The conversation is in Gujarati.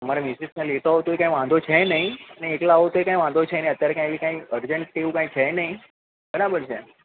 તમારા મીસીસને લેતા આવો તો ય કંઈ વાંધો છે નહીં અને એકલા આવો તોય કઈ વાંધો છે નહીં અત્યારે કાંઇ એવી કઈ અરજન્ટ છે એવું કાંઇ છે નહીં બરાબર છે